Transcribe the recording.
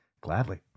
Gladly